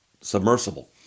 submersible